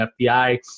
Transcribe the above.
FBI